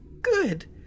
good